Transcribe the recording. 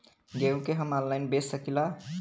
गेहूँ के हम ऑनलाइन बेंच सकी ला?